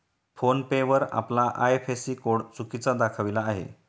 phone पे वर आपला IFSC code चुकीचा दाखविला आहे